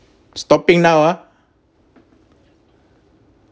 stopping now ah